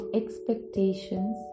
expectations